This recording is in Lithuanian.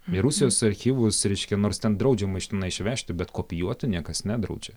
į rusijos archyvus reiškia nors ten draudžiama iš tenai išvežti bet kopijuoti niekas nedraudžia